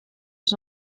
aux